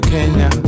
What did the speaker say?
Kenya